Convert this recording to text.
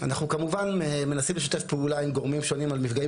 אנחנו כמובן מנסים לשתף פעולה עם גורמים שונים על מפגעים